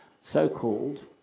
so-called